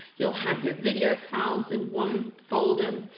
you will have your video files in one folder.